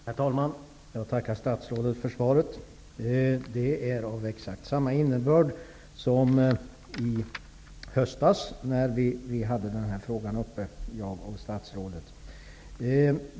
Herr talman! Jag tackar statsrådet för svaret. Det är av exakt samma innebörd som det svar jag fick i höstas, när jag och statsrådet hade den här frågan uppe.